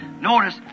Notice